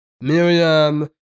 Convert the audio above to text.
Miriam